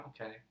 okay